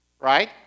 right